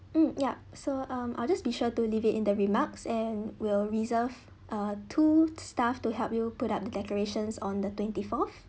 mm yup so um I'll just be sure to leave it in the remarks and we'll reserve uh two staff to help you put up decorations on the twenty fourth